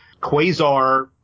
Quasar